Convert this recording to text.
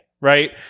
right